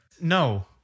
No